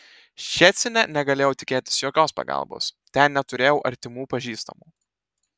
ščecine negalėjau tikėtis jokios pagalbos ten neturėjau artimų pažįstamų